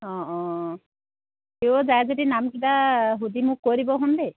অঁ অঁ তেওঁ যায় যদি নামকেইটা সুধি মোক কৈ দিবচোন দেই